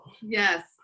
Yes